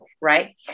right